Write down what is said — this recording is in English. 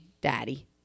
Daddy